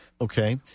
Okay